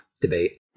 debate